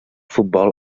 futbol